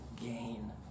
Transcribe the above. gain